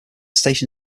station